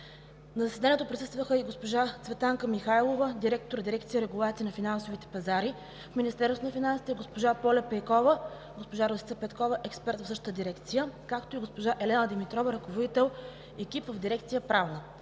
На заседанието присъстваха и госпожа Цветанка Михайлова – директор на дирекция „Регулация на финансовите пазари“ в Министерството на финансите, госпожа Поля Пейкова и госпожа Росица Петкова – експерти в същата дирекция, както и госпожа Елена Димитрова – ръководител екип в дирекция „Правна“,